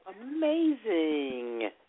Amazing